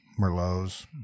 merlots